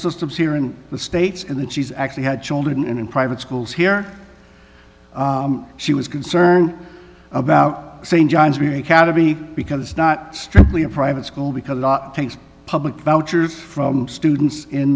systems here in the states and that she's actually had children in private schools here she was concerned about st john's really academy because it's not strictly a private school because it takes public vouchers from students in